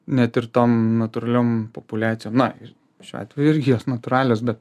net ir tom natūraliom populiacijom na ir šiuo atveju jos natūralios bet